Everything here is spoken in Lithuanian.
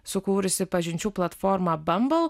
sukūrusi pažinčių platformą bambal